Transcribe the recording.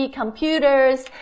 computers